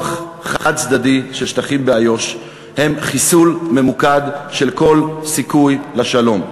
חד-צדדי של שטחים באיו"ש הוא חיסול ממוקד של כל סיכוי לשלום,